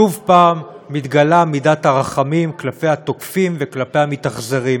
שוב פעם מתגלה מידת הרחמים כלפי התוקפים וכלפי המתאכזרים.